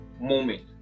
moment